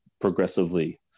progressively